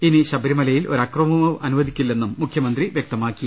ഇനി ശബരിമലയിൽ ഒരു അക്രമവും അനുവദി ക്കില്ലെന്നും മുഖ്യമന്ത്രി വ്യക്തമാക്കി